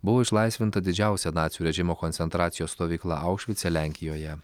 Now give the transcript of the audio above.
buvo išlaisvinta didžiausia nacių režimo koncentracijos stovykla aušvice lenkijoje